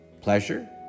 Pleasure